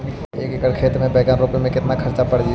एक एकड़ खेत में बैंगन रोपे में केतना ख़र्चा पड़ जितै?